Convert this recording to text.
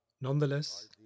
Nonetheless